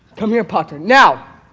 come here potter, now!